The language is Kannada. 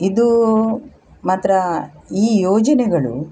ಇದು ಮಾತ್ರ ಈ ಯೋಜನೆಗಳು